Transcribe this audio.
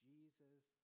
Jesus